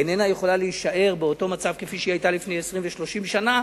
איננה יכולה להישאר באותו מצב כפי שהיא היתה לפני 20 ו-30 שנה,